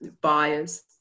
buyers